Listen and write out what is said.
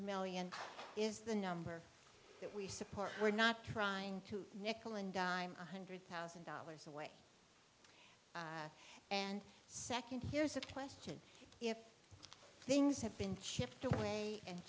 million is the number that we support we're not trying to nickel and dime one hundred thousand dollars away and second here's a question if things have been chipped away and